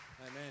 Amen